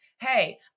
Hey